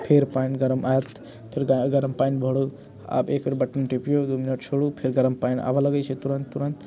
फेर पानि गरम आयत फेर गरम पानि भरू आब एकबेर बटन टिपियौ दू मिनट छोड़ू फेर गरम पानि आबऽ लगै छै तुरत तुरत